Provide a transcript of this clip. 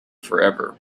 forever